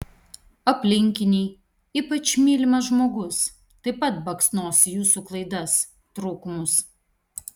aplinkiniai ypač mylimas žmogus taip pat baksnos į jūsų klaidas trūkumus